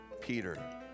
Peter